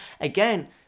Again